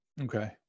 Okay